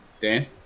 Dan